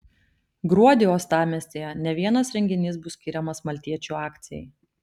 gruodį uostamiestyje ne vienas renginys bus skiriamas maltiečių akcijai